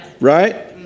right